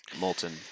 molten